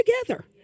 together